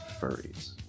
furries